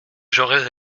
j’aurais